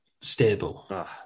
stable